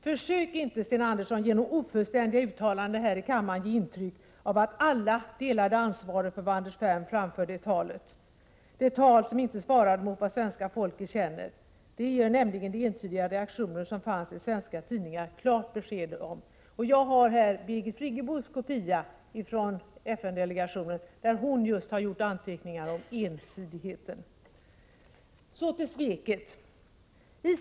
Försök inte genom ofullständiga uttalanden här i kammaren ge intryck av att alla delade ansvaret för vad Anders Ferm framförde i talet, ett tal som inte svarade mot vad svenska folket känner. Det gav nämligen de entydiga reaktioner som fanns i svenska tidningar klart besked om. Jag har här Birgit Friggebos kopia ifrån FN-delegationen, på vilken hon har gjort anteckningar just om ensidigheten. Så till sveket.